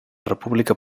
república